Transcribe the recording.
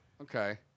Okay